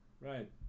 Right